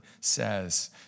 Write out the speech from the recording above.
says